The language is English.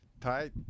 tight